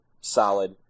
solid